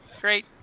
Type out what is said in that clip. Great